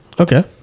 okay